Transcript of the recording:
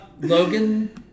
Logan